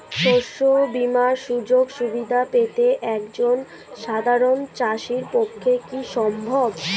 শস্য বীমার সুযোগ সুবিধা পেতে একজন সাধারন চাষির পক্ষে কি সম্ভব?